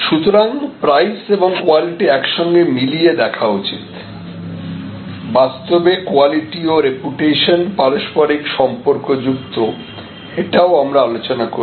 সুতরাং প্রাইস এবং কোয়ালিটি একসঙ্গে মিলিয়ে দেখা উচিত বাস্তবে কোয়ালিটি ও রেপুটেশন পারস্পরিক সম্পর্ক যুক্ত এটাও আমরা আলোচনা করেছি